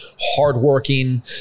hardworking